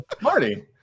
Marty